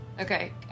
Okay